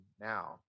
now